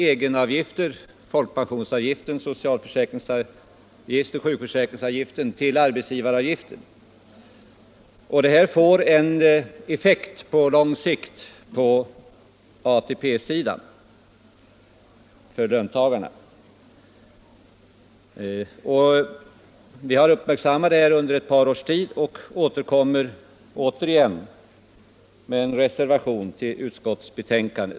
Egenavgifter för folkpension, sjukförsäkring osv. omvandlas till arbetsgivaravgifter, och det får på lång sikt effekt på löntagarnas ATP. Från moderat håll har vi uppmärksammat detta under ett par års tid, och vi återkommer ånyo med en reservation till utskottsbetänkandet.